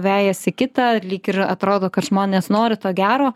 vejasi kitą lyg ir atrodo kad žmonės nori to gero